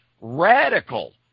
radical